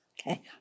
Okay